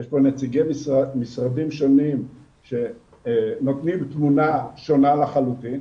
יש פה נציגי משרדים שונים שנותנים תמונה שונה לחלוטין,